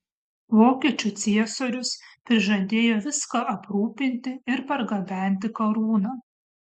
vokiečių ciesorius prižadėjo viską aprūpinti ir pergabenti karūną